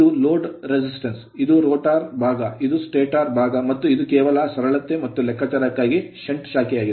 ಇದು load resistance load resistance ಇದು rotor rotor ಭಾಗ ಇದು stator ಸ್ಟಾಟರ್ ಭಾಗ ಮತ್ತು ಇದು ಕೇವಲ ಸರಳತೆ ಮತ್ತು ಲೆಕ್ಕಾಚಾರಕ್ಕಾಗಿ shunt ಷಂಟ್ ಶಾಖೆಯಾಗಿದೆ